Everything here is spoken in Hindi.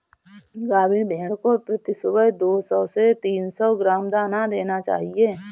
गाभिन भेड़ को प्रति सुबह दो सौ से तीन सौ ग्राम दाना देना चाहिए